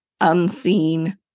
unseen